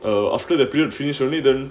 after they finish already then